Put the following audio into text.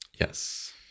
Yes